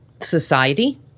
society